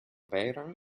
vehrehan